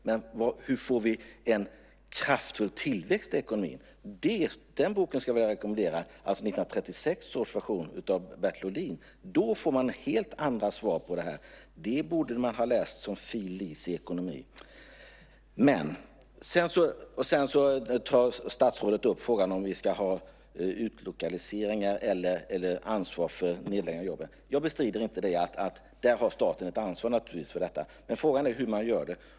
Men hur vi får en kraftfull tillväxt i ekonomin, där rekommenderar jag läsning av 1936 års version av Bertil Ohlins bok. Då får man helt andra svar. Det borde man ha läst som fil. lic. i ekonomi. Sedan tar statsrådet upp frågan om vi ska ha utlokaliseringar och ta ansvar för nedläggning av jobben. Jag bestrider inte att staten där naturligtvis har ett ansvar. Men hur tar man det?